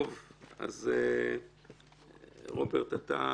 אז רוברט, אתה פותח.